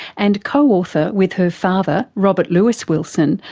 and co-author with her father, robert lewis wilson,